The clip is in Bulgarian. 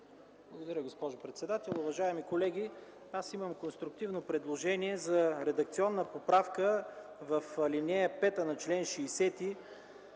Благодаря, госпожо председател. Уважаеми колеги, имам конструктивно предложение за редакционна поправка в ал. 5 на чл. 60.